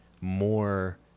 more